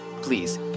please